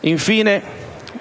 Infine,